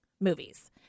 movies